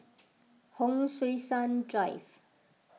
Hon Sui Sen Drive